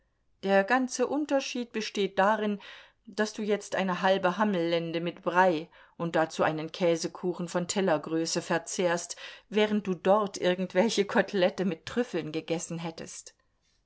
der ganze unterschied besteht darin daß du jetzt eine halbe hammellende mit brei und dazu einen käsekuchen von tellergröße verzehrst während du dort irgendwelche kotelette mit trüffeln gegessen hättest